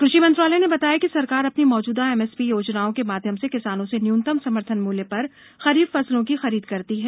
कृषि मंत्रालय ने बताया है कि सरकार अपनी मौजूदा एमएसपी योजनाओं के माध्यम से किसानों से न्यूनतम समर्थन मूल्य पर खरीफ फसलों की खरीद करती है